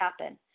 happen